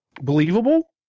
believable